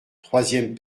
troisième